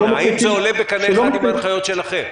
האם זה עולה בקנה אחד עם ההנחיות שלכם?